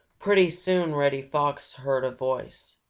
pretty soon reddy fox heard a voice.